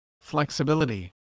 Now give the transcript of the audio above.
Flexibility